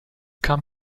kam